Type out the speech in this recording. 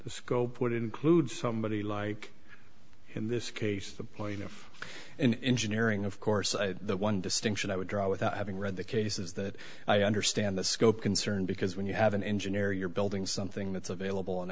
the scope would include somebody like in this case the plaintiff in engineering of course the one distinction i would draw without having read the case is that i understand the scope concern because when you have an engineer you're building something that's available and